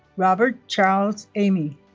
robert charles amey